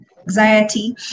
anxiety